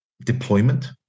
deployment